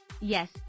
Yes